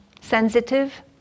sensitive